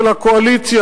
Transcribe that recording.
של הקואליציה?